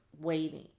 waiting